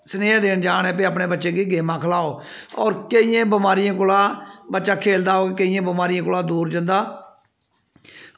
स्नेहा देन जान भाई अपने बच्चें गी गेमां खलाओ होर केइयें बमारियें कोला बच्चा खेलदा होग केइयें बमारियें कोला दूर जंदा